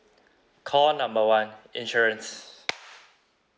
call number one insurance